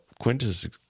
Quintus